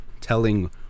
telling